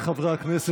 חבריי חברי הכנסת,